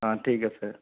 অ ঠিক আছে